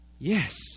Yes